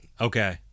Okay